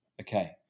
okay